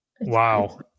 Wow